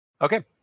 okay